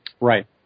Right